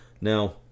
Now